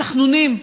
בתחנונים: